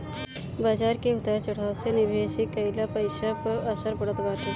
बाजार के उतार चढ़ाव से निवेश कईल पईसा पअ असर पड़त बाटे